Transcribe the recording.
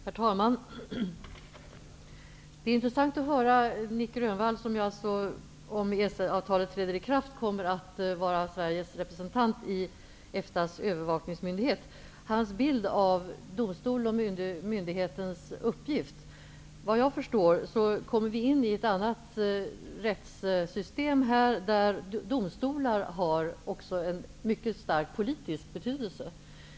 Herr talman! Det är intressant att höra Nic Grönvall, som om EES-avtalet träder i kraft kommer att vara Sveriges representant i EFTA:s övervakningsmyndighet. Han talar om sin bild av domstolens och myndighetens uppgift. Såvitt jag förstår kommer vi in i ett annat rättssystem, där domstolar har en mycket stark politisk betydelse.